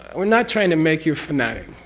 we're not trying to make you a fanatic.